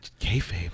Kayfabe